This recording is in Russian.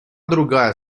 другая